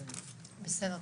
תודה.